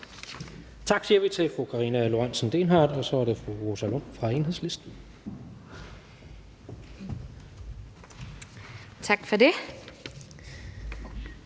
Vi siger tak til fru Karina Lorentzen Dehnhardt, og så er det fru Rosa Lund fra Enhedslisten.